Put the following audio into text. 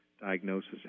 diagnosis